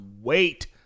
wait